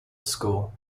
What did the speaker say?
school